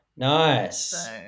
Nice